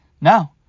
No